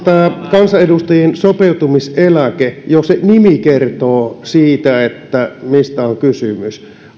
kansanedustajien sopeutumiseläke jo se nimi kertoo siitä mistä on kysymys